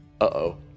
Uh-oh